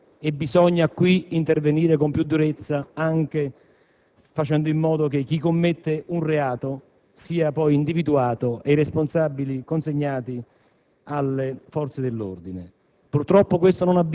cento dolosi, sono per mano criminale, e bisogna intervenire con più durezza anche facendo in modo che chi commette un reato sia poi individuato e consegnato